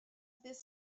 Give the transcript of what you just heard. ddydd